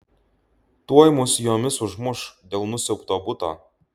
tuoj mus jomis užmuš dėl nusiaubto buto